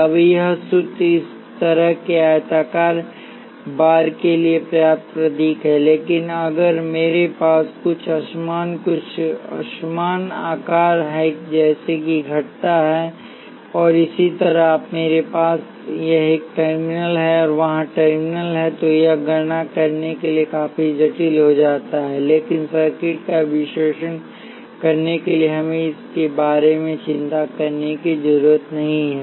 अब यह सूत्र इस तरह के एक आयताकार बार के लिए पर्याप्त प्रतीक है लेकिन अगर मेरे पास कुछ असमान कुछ असमान आकार है जैसे कि घटता और इसी तरह और मेरे पास यहां एक टर्मिनल है और वहां टर्मिनल है तो यह गणना करने के लिए काफी जटिल हो जाता है लेकिन सर्किट का विश्लेषण करने के लिए हमें इसके बारे में चिंता करने की ज़रूरत नहीं है